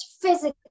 physically